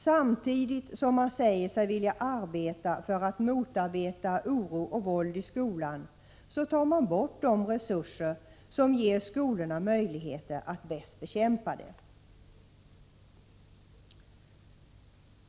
Samtidigt som man säger sig vilja arbeta för att motverka oro och våld i skolan tar man bort de resurser som ger skolorna möjligheter att bäst bekämpa sådant.